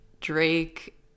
drake